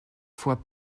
fois